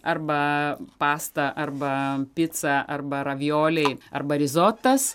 arba pasta arba pica arba ravioliai arba rizotas